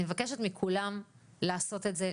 אני מבקשת מכולם לעשות את זה,